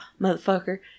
motherfucker